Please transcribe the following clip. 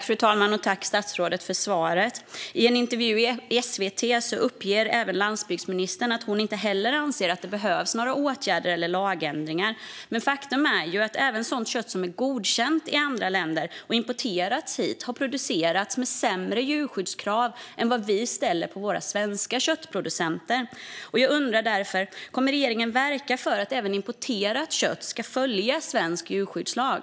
Fru talman! Tack, statsrådet, för svaret! I en intervju i SVT uppger även landsbygdsministern att inte heller hon anser att det behövs några åtgärder eller lagändringar. Men faktum är att även kött som är godkänt i andra länder och som har importerats hit har producerats med sämre djurskyddskrav än de som vi ställer på våra svenska köttproducenter. Jag undrar därför: Kommer regeringen att verka för att även importerat kött ska följa svensk djurskyddslag?